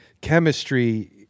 chemistry